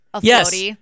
Yes